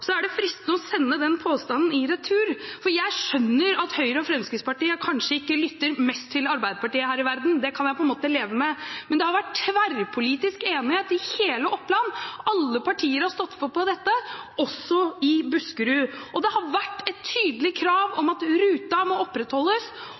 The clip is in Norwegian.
er fristende å sende den påstanden i retur, for jeg skjønner at Høyre og Fremskrittspartiet kanskje ikke lytter mest til Arbeiderpartiet her i verden. Det kan jeg leve med. Men her har det vært tverrpolitisk enighet i hele Oppland. Alle partier har stått på for dette, også i Buskerud. Det har vært et tydelig krav om